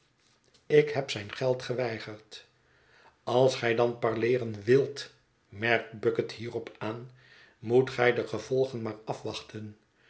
ik heb zijn geld geweigerd als gij dan parleeren wilt merkt bucket hierop aan moet gij de gevolgen maar afwachten